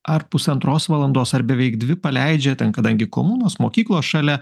ar pusantros valandos ar beveik dvi paleidžia ten kadangi komunos mokyklos šalia